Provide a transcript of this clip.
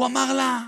הוא אמר לה: